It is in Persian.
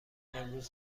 امروز